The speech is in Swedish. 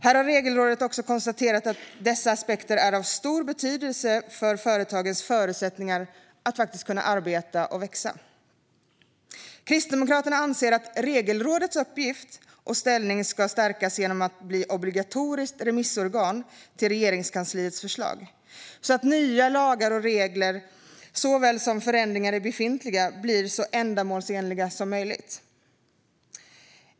Här har Regelrådet konstaterat att dessa aspekter är av stor betydelse för företagens förutsättningar att kunna arbeta och växa. Kristdemokraterna anser att Regelrådets uppgift och ställning ska stärkas genom att rådet blir obligatoriskt remissorgan för Regeringskansliets förslag så att nya lagar och regler såväl som förändringar i befintliga blir så ändamålsenliga som möjligt.